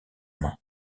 main